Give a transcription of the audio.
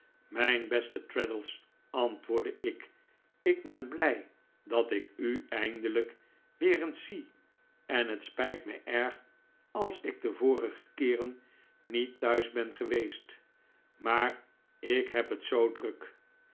mijn beste traddles antwoordde ik ik ben blij dat ik u eindelijk weer eens zie en het spijt mij erg dat ik de vorige keeren niet thuis ben geweest maar ik heb het zoo druk